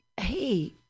Hey